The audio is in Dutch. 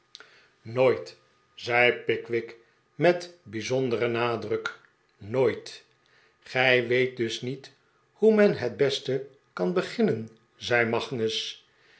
nooit zei pickwick met bijzonderen nadruk nooit gij weet dus niet hoe men het best kan begiimen zei magnus